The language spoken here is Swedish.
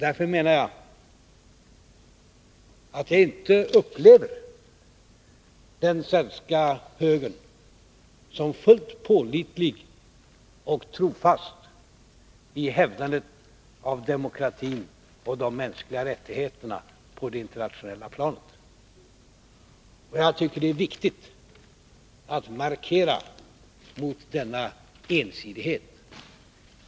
Därför upplever jag icke den svenska högern som fullt pålitlig och trofast i hävdandet av demokratin och de mänskliga rättigheterna på det internationella planet. Jag tycker att det är viktigt att markera mot denna ensidighet.